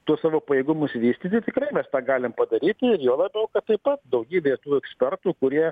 tuo savo pajėgumus vystyti tikrai mes tą galime padaryt džiovą to kad taip pat daugybė tų ekspertų kurie